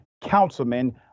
councilman